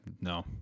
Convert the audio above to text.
no